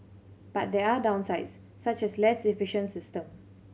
but there are downsides such as less efficient system